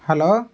hello